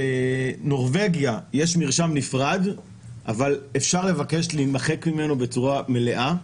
בנורבגיה יש מרשם נפרד אבל אפשר לבקש להימחק ממנו בצורה מלאה.